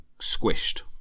squished